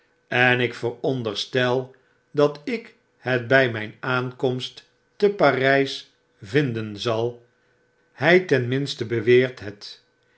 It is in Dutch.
en ik veronderstel dat ik het bij mp aankomstteparjjs vinden zal hy ten minste beweert het